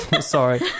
Sorry